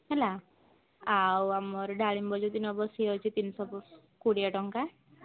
ହେଲା ଆଉ ଆମର ଡାଳିମ୍ବ ଯଦି ନେବ ସିଏ ହେଉଛି ତିନିଶହ କୋଡ଼ିଏ ଟଙ୍କା